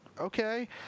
okay